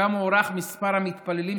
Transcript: שם מוערך מספר המתפללים,